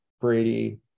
Brady